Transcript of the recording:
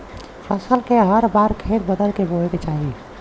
फसल के हर बार खेत बदल क बोये के चाही